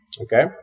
Okay